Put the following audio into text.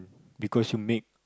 because you make